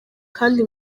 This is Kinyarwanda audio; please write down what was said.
kandi